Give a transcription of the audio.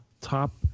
top